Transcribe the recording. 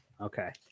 okay